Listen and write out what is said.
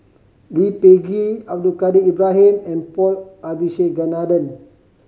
Lee Peh Gee Abdul Kadir Ibrahim and Paul Abisheganaden